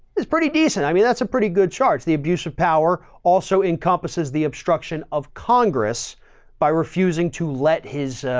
it's pretty decent. i mean, that's a pretty good charge. the abuse of power also encompasses the obstruction of congress by refusing to let his, ah,